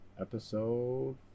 Episode